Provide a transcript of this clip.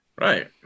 right